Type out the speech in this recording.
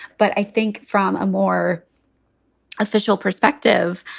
but i think from a more official perspective,